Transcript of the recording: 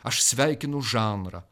aš sveikinu žanrą